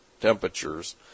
temperatures